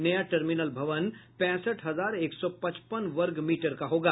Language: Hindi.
नया टर्मिनल भवन पैंसठ हजार एक सौ पचपन वर्ग मीटर का होगा